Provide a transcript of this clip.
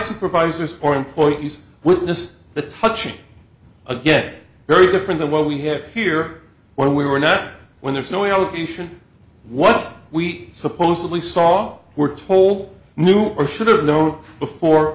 supervisors or employees witnessed the touching again very different than what we have here when we were not when there is no allegation what we supposedly saw were told knew or should have known before